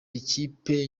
ikipe